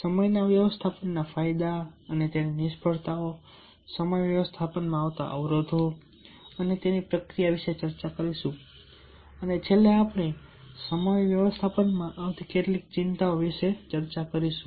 સમય વ્યવસ્થાપનના ફાયદા અને નિષ્ફળતાઓ સમય વ્યવસ્થાપનમાં આવતા અવરોધો સમય વ્યવસ્થાપન પ્રક્રિયા વિશે ચર્ચા કરીશું અને છેલ્લે આપણે સમય વ્યવસ્થાપન મા આવતી કેટલીક ચિંતાઓ વિશે ચર્ચા કરીશું